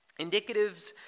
Indicatives